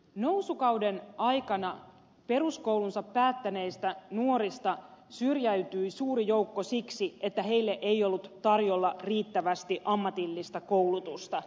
nousukauden aikana peruskoulunsa päättäneistä nuorista syrjäytyi suuri joukko siksi että heille ei ollut tarjolla riittävästi ammatillista koulutusta